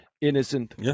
innocent